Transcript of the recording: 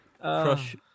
Crush